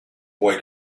boy